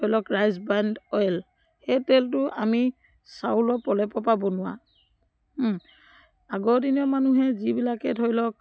ধৰি লওক rice bran oil সেই তেলটো আমি চাউলৰ পলেপৰপৰা বনোৱা আগৰদিনীয়া মানুহে যিবিলাকে ধৰি লওক